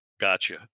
gotcha